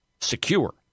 secure